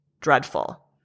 dreadful